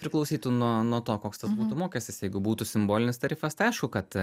priklausytų nuo nuo to koks tas būtų mokestis jeigu būtų simbolinis tarifas tai aišku kad